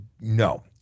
no